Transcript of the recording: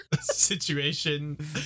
situation